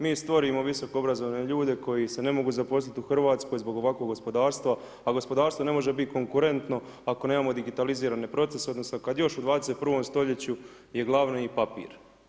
Mi stvorimo visoko obrazovane ljude koji se ne mogu zaposliti u Hrvatskoj zbog ovakvog gospodarstva a gospodarstvo ne može biti konkurentno ako nemamo digitalizirane procese, odnosno kad još u 21. stoljeću je glavni papir.